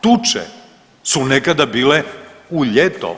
Tuče su nekada bile u ljeto.